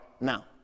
now